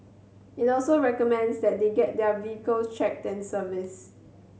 it also recommends that they get their vehicles checked and serviced